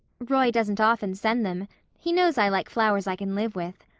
roy doesn't often send them he knows i like flowers i can live with.